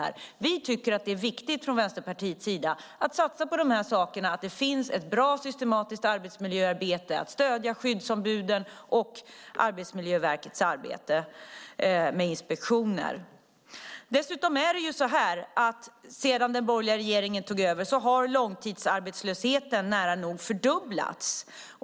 Vi från Vänsterpartiets sida tycker att det är viktigt att satsa på dessa saker, att det finns ett bra, systematiskt arbetsmiljöarbete och att stödja skyddsombuden och Arbetsmiljöverkets arbete med inspektioner. Sedan den borgerliga regeringen tog över har långtidsarbetslösheten nära nog fördubblats.